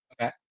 Okay